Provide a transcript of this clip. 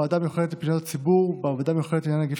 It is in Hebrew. בוועדה המיוחדת לפניות הציבור ובוועדה המיוחדת לעניין נגיף